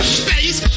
space